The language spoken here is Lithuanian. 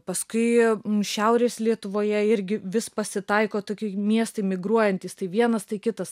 paskui šiaurės lietuvoje irgi vis pasitaiko toki miestai migruojantys tai vienas tai kitas